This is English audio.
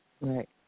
Right